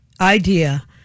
idea